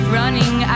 running